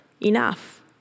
enough